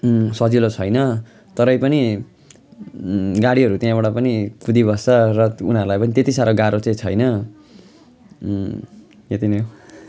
सजिलो छैन तरै पनि गाडीहरू त्यहाँबाट पनि कुदिबस्छ र उनीहरूलाई पनि त्यति सारो गारो चाहिँ छैन यति नै हो